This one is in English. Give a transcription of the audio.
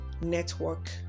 network